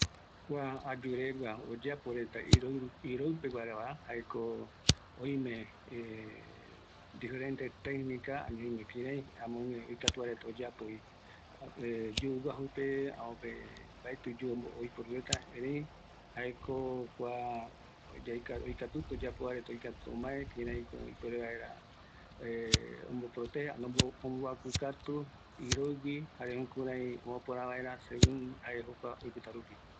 Kua ayuregua iroɨpeguara oyeapo vaera, oïme oikuata kïraï oyeapo vaera, oïme yuuguajupegua, oïmevi oñeöpëiño va, jare öimevi maquina pe oyeapova, ëreï jaeko oyeapo amboakukatu vaera yandeayu iroɨ gui